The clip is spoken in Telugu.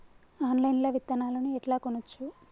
ఆన్లైన్ లా విత్తనాలను ఎట్లా కొనచ్చు?